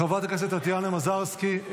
חברות הכנסת טטיאנה מזרסקי,